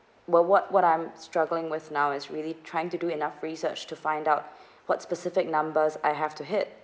what what what I'm struggling with now is really trying to do enough research to find out what specific numbers I have to hit